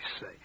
say